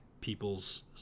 people's